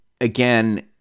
again